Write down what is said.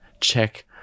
check